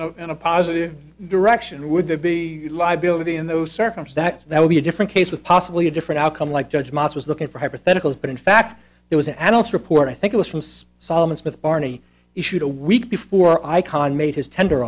this in a positive direction would it be a liability in those circumstances that would be a different case with possibly a different outcome like judgement was looking for hypotheticals but in fact there was an adult report i think it was from salomon smith barney issued a week before icahn made his tender